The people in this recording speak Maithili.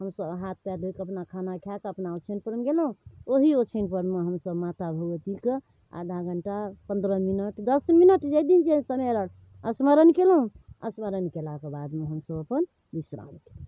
हमसभ हाथ पाएर धोइकऽ अपना खाना खाकऽ अपना ओछाइनपरमे गेलहुँ ओही ओछाइनपरमे हमसभ माता भगवतीके आधा घण्टा पनरह मिनट दस मिनट जाहि दिन जेहन समय रहल स्मरण केलहुँ स्मरण केलाके बादमे हमसभ अपन विश्राम कएलहुँ